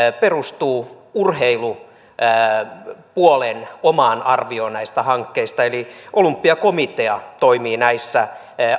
perustuu urheilupuolen omaan arvioon näistä hankkeista eli olympiakomitea toimii näissä